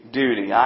duty